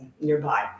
nearby